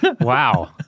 Wow